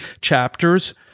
chapters